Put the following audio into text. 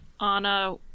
Anna